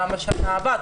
למה בשנה הבאה?